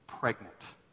pregnant